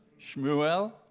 Shmuel